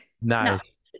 Nice